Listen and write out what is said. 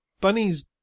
bunnies